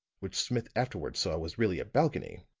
which smith afterward saw was really a balcony,